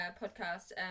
podcast